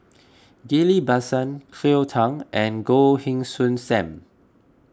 Ghillie Basan Cleo Thang and Goh Heng Soon Sam